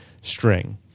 string